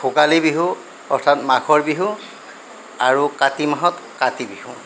ভোগালী বিহু অৰ্থাৎ মাঘৰ বিহু আৰু কাতি মাহত কাতি বিহু